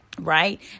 right